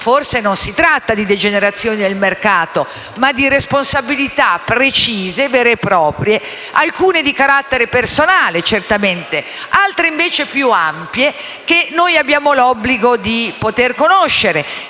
forse non si tratta di degenerazioni del mercato, quanto piuttosto di responsabilità precise vere e proprie, alcune di carattere personale, certamente, altre invece più ampie, che noi abbiamo l'obbligo di conoscere